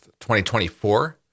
2024